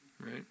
Right